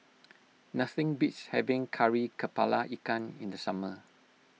nothing beats having Kari Kepala Ikan in the summer